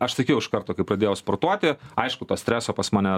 aš sakiau iš karto kai pradėjau sportuoti aišku to streso pas mane